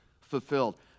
fulfilled